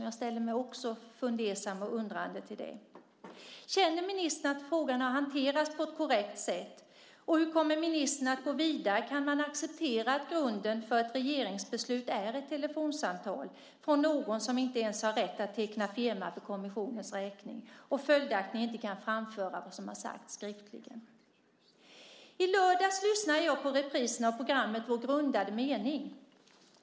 Jag är också fundersam och undrande till det. Känner ministern att frågan har hanterats på ett korrekt sätt, och hur kommer ministern att gå vidare? Kan man acceptera att grunden för ett regeringsbeslut är ett telefonsamtal från någon som inte ens har rätt att teckna firma för kommissionens räkning och följaktligen inte kan framföra det som har sagts skriftligt? I lördags lyssnade jag på reprisen av programmet Vår grundade mening.